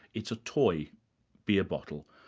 it's a toy beer bottle.